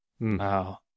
wow